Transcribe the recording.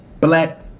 black